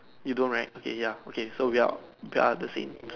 you don't right okay ya okay so we are we are the same